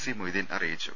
C Moideen അറിയിച്ചു